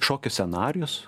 šokio scenarijus